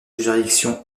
juridiction